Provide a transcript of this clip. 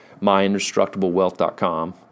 myindestructiblewealth.com